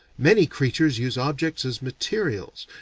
many creatures use objects as materials,